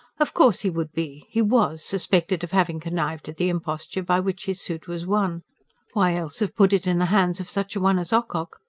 of course he would be he was suspected of having connived at the imposture by which his suit was won why else have put it in the hands of such a one as ocock?